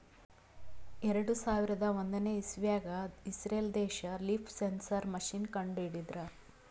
ಎರಡು ಸಾವಿರದ್ ಒಂದನೇ ಇಸವ್ಯಾಗ್ ಇಸ್ರೇಲ್ ದೇಶ್ ಲೀಫ್ ಸೆನ್ಸರ್ ಮಷೀನ್ ಕಂಡು ಹಿಡದ್ರ